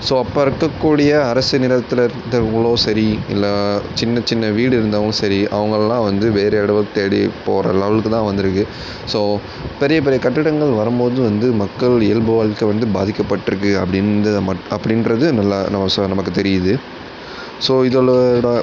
so அப்போ இருக்கக்கூடிய அரசு நிலத்தில் இருந்தவங்களும் சரி இல்லை சின்ன சின்ன வீடு இருந்தவர்களும் சரி அவங்கள்லாம் வந்து வேறு இடம் தேடி போகிற லெவலுக்கு தான் வந்துருக்குது ஸோ பெரிய பெரிய கட்டிடங்கள் வரும்போது வந்து மக்கள் இயல்பு வாழ்க்க வந்து பாதிக்கப்பட்டிருக்கு அப்படின்ற மட் அப்படின்றது நல்லா நம்ம சொ நமக்கு தெரியுது ஸோ இதனோட